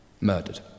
murdered